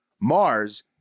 Mars